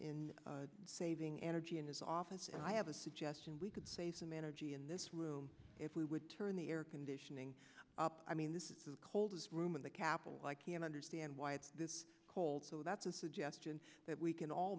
in saving energy and his office and i have a suggestion we could save manner g in this room if we would turn the air conditioning up i mean this is the coldest room in the capital i can understand why it's this cold so that's a suggestion that we can all